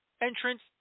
entrance